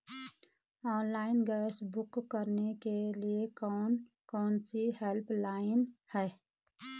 Online gas book करने के लिए कौन कौनसी हेल्पलाइन हैं?